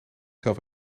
zelf